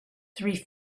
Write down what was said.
three